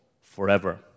forever